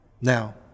Now